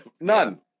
None